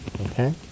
Okay